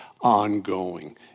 ongoing